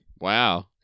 wow